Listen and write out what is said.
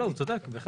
לא, הוא צודק, בהחלט.